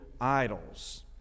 idols